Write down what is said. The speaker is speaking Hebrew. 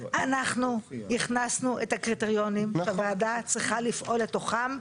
אנחנו הכנסנו את הקריטריונים והוועדה צריכה לפעול לתוכם,